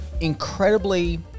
incredibly